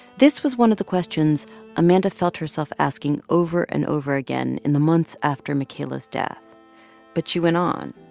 this was one of the questions amanda felt herself asking over and over again in the months after makayla's death but she went on.